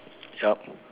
yup